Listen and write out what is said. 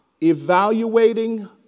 evaluating